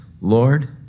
Lord